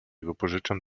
wypożyczam